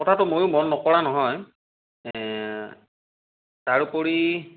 কথাটো ময়ো মন নকৰা নহয় এ তাৰ উপৰি